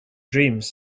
dreams